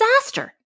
disaster